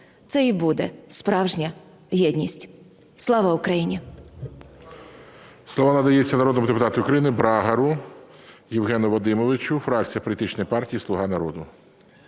це і буде справжня єдність. Слава Україні!